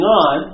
on